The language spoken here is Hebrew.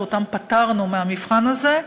שאותם פטרנו מהמבחן הזה,